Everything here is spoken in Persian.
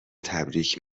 تبریک